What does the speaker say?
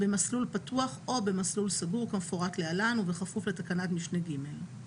במסלול פתוח או במסלול סגור כמפורט להלן ובכפוף לתקנת משנה (ג):